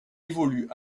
évolue